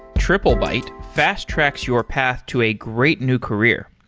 triplebyte fast-tracks your path to a great new career.